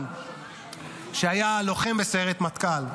שהיה לוחם בסיירת מטכ"ל,